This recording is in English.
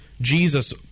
Jesus